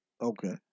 Okay